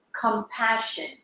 compassion